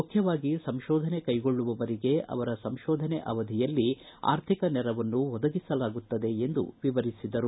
ಮುಖ್ಯವಾಗಿ ಸಂಶೋಧನೆ ಕೈಗೊಳ್ಳುವವರಿಗೆ ಅವರ ಸಂಶೋಧನೆ ಅವಧಿಯಲ್ಲಿ ಆರ್ಥಿಕ ನೆರವನ್ನು ಒದಗಿಸಲಾಗುತ್ತದೆ ಎಂದು ವಿವರಿಸಿದರು